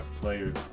players